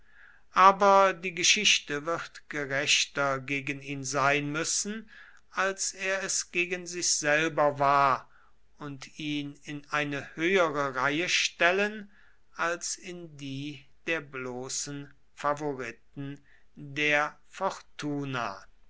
aber die geschichte wird gerechter gegen ihn sein müssen als er es gegen sich selber war und ihn in eine höhere reihe stellen als in die der bloßen favoriten der fortuna